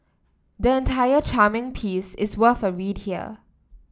the entire charming piece is worth a read here